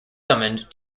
summoned